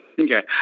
Okay